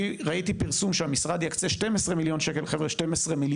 ראיתי פרסום שהמשרד יקצה 12 מיליון שקל